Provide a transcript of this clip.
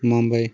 Mumbai